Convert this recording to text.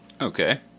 Okay